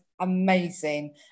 amazing